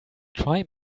try